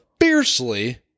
fiercely